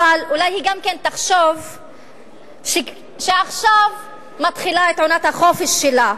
אבל אולי היא גם תחשוב שעכשיו מתחילה עונת החופש שלה.